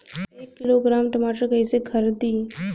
एक किलोग्राम टमाटर कैसे खरदी?